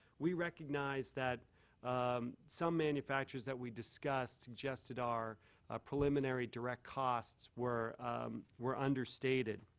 we recognize that some manufacturers that we discussed suggested are preliminary direct costs were were understated.